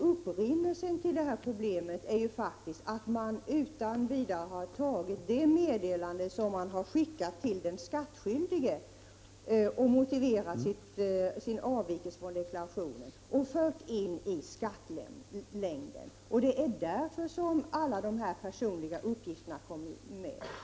Upprinnelsen till problemet är faktiskt att man utan vidare i skattelängderna har fört in det meddelande som man har skickat till den skattskyldige med motiveringen till avvikelsen från deklarationen. Det är därför alla dessa uppgifter kommit med.